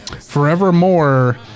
forevermore